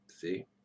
See